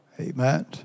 Amen